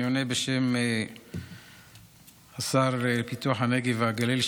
אני עונה בשם השר לפיתוח הנגב והגליל,